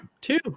Two